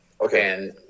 okay